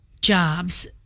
jobs